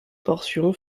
portions